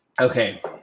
Okay